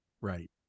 Right